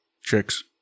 Chicks